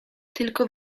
tylko